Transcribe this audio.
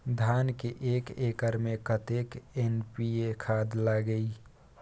धान के एक एकर में कतेक एन.पी.ए खाद लगे इ?